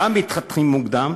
גם מתחתנים מוקדם